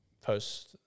post